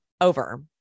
over